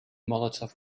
molotov